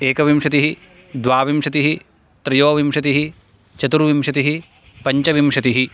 एकविंशतिः द्वाविंशतिः त्रयोविंशतिः चतुर्विंशतिः पञ्चविंशतिः